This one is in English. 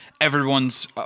everyone's